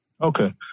Okay